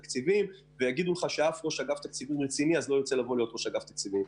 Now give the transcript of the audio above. יגידו לך שאף אחד לא ירצה להיות ראש אגף תקציבים.